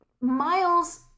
Miles